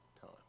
time